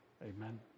amen